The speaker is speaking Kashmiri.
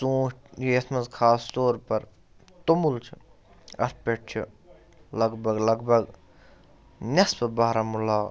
ژوٗنٛٹھۍ یتھ منٛز خاص طور پر توٚمُل چھُ اَتھ پٮ۪ٹھ چھُ لگ بگ لگ بگ نیٚصفہٕ بارہمُلہ